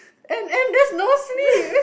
and and there's no sleep